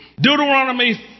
deuteronomy